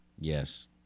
Yes